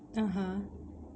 (uh huh)